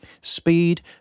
Speed